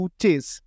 chase